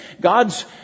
God's